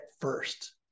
first